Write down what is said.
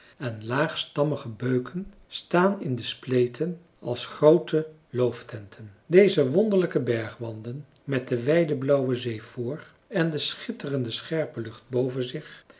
en laagstammige beuken staan in de spleten als groote looftenten deze wonderlijke bergwanden met de wijde blauwe zee vr en de schitterende scherpe lucht boven zich